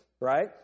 Right